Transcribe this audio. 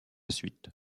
suite